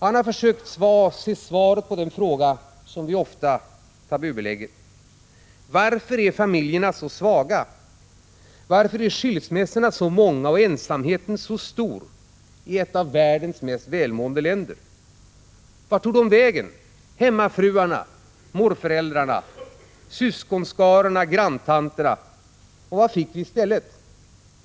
Han har sökt se svaret på en fråga som vi ofta tabubelägger: Varför är familjerna så svaga, och varför är skilsmässorna så många och ensamheten så stor i ett av världens mest välmående länder? Vart tog de vägen - hemmafruarna, morföräldrarna, syskonskarorna, granntanterna? Och vad fick vi i stället?